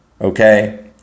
okay